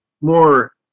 more